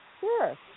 Sure